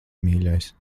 mīļais